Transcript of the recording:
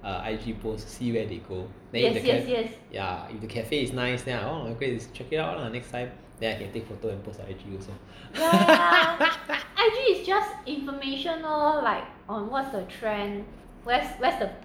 uh I_G post to see where they go then if the cafe yeah if the cafe is nice then I'll orh go and check it out lah next time then I can take photo and post on I_G also